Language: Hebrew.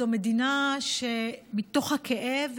זו מדינה שמתוך הכאב,